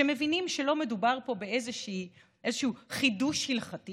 שמבינים שלא מדובר פה באיזשהו חידוש הלכתי